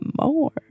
more